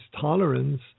tolerance